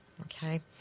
Okay